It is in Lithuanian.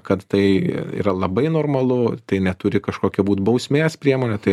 kad tai yra labai normalu tai neturi kažkokia būt bausmės priemonė tai